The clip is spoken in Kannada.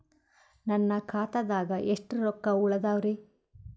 ನನ್ನ ಖಾತಾದಾಗ ಎಷ್ಟ ರೊಕ್ಕ ಉಳದಾವರಿ?